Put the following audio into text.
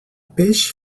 peix